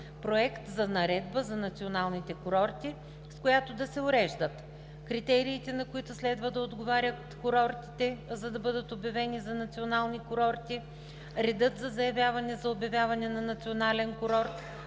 проект на наредба за националните курорти, с която да се уреждат: критериите, на които следва да отговарят курортите, за да бъдат обявени за национални курорти; редът на заявяване за обявяване за национален курорт;